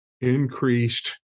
increased